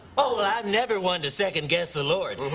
oh, well, i've never wanted to second-guess the lord.